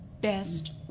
best